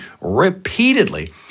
repeatedly